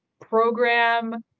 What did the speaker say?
program